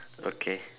okay